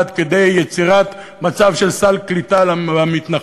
עד כדי יצירת מצב של סל קליטה למתנחלים,